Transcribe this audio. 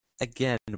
Again